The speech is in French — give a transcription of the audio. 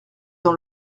dans